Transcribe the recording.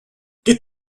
get